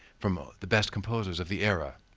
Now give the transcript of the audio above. from ah the best composers of the era.